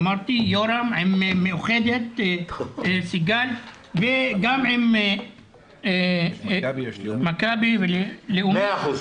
עם סיגל מהמאוחדת וגם עם מכבי ולאומית,